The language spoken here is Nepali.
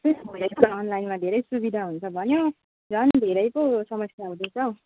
त्यस्तै त हुँदैछ अनलाइनमा धेरै सुविधा हुन्छ भन्यो झन् धेरै पो समस्या हुँदैछ हौ